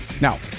Now